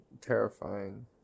terrifying